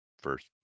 first